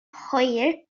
hwyr